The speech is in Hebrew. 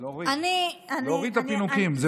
להוריד, להוריד את הפינוקים.